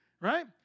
Right